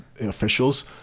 officials